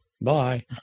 Bye